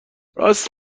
راست